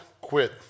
quit